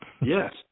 Yes